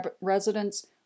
residents